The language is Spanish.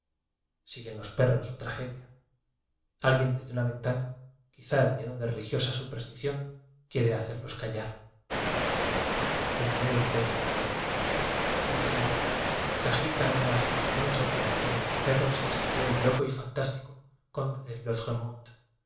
siguen los perros su tragedia a l guien desde una ventana quizá lleno de re ligiosa superstición quiere hacerlos callar hay miedo intenso en mi alma dentro de mí se agita una afirmación sobre el aullido de los perros que escribió el loco y fantás tico conde de